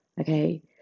Okay